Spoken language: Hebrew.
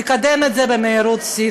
יקדם את זה במהירות שיא.